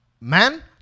man